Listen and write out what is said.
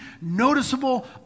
noticeable